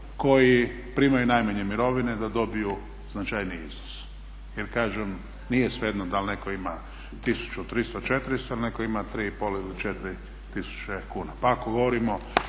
koji primaju najmanje mirovine da dobiju značajniji iznos. Jer kažem, nije svejedno da l netko ima 1300, 1400, ili netko ima 3500 ili 4000 kuna. Pa ako govorimo